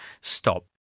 stop